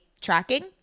tracking